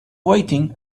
waiting